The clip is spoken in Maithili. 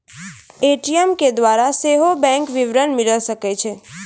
ए.टी.एम के द्वारा सेहो बैंक विबरण मिले सकै छै